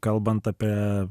kalbant apie